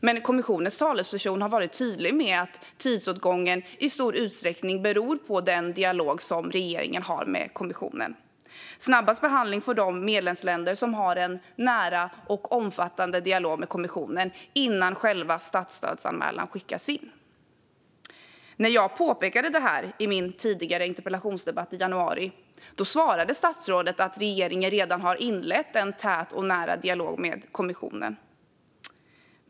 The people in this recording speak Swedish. Men kommissionens talesperson har varit tydlig med att tidsåtgången i stor utsträckning beror på den dialog som regeringen har med kommissionen. Snabbast behandling får de medlemsländer som har en nära och omfattande dialog med kommissionen innan själva statsstödsanmälan skickas in. När jag påpekade detta i min tidigare interpellationsdebatt i januari svarade statsrådet att regeringen redan har inlett en tät och nära dialog med kommissionen.